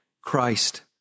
Christ